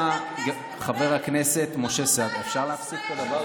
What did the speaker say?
יצא חבר הכנסת משה סעדה,